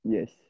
Yes